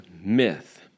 myth